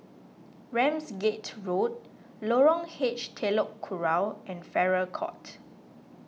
Ramsgate Road Lorong H Telok Kurau and Farrer Court